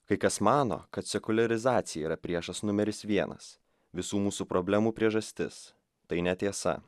kai kas mano kad sekuliarizacija yra priešas numeris vienas visų mūsų problemų priežastis tai netiesa